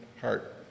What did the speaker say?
heart